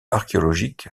archéologique